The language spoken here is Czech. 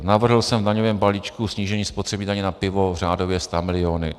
Navrhl jsem v daňovém balíčku snížení spotřební daně na pivo řádově stamiliony.